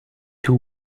two